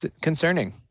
Concerning